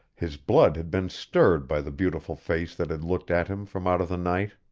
his blood had been stirred by the beautiful face that had looked at him from out of the night.